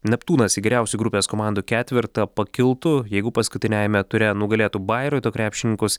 neptūnas į geriausių grupės komandų ketvertą pakiltų jeigu paskutiniajame ture nugalėtų bairoito krepšininkus